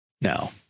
Now